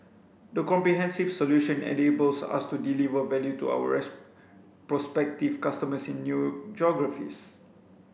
the comprehensive solution enables us to deliver value to ours prospective customers in new geographies